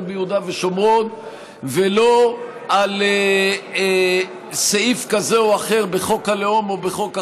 ביהודה ושומרון ולא על סעיף כזה או אחר בחוק הלאום או בחוק אחר.